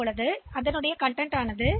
எனவே அது என்ன ஆகும்